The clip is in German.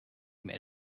mail